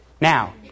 Now